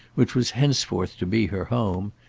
which was henceforth to be her home.